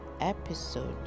episode